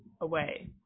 away